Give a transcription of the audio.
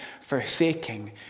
forsaking